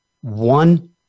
one